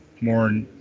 more